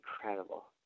Incredible